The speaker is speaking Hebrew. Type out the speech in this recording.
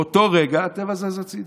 באותו רגע הטבע זז הצידה.